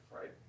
right